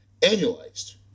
Annualized